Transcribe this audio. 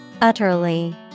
Utterly